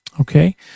Okay